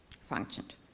functioned